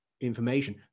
information